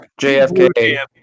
JFK